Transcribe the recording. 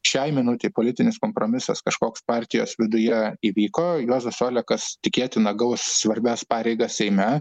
šiai minutei politinis kompromisas kažkoks partijos viduje įvyko juozas olekas tikėtina gaus svarbias pareigas seime